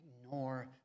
ignore